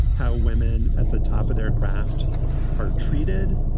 how women at the top of their craft are treated.